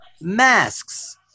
Masks